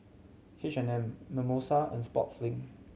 H and M Mimosa and Sportslink